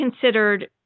considered